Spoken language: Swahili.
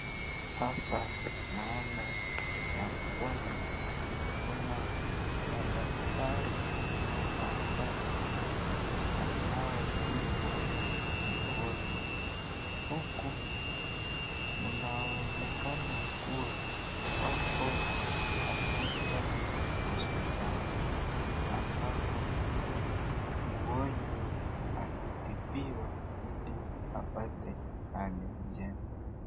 Hapa naona ya kwamba kuna madaktari watatu wanaotibu mgonjwa. Huku unaonekana kua wako katika hosipitalini ambapo mgonjwa anatibiwa ili apate hali njema.